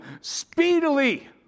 speedily